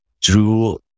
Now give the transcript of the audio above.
true